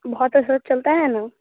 बहुत अच्छा चलता है ना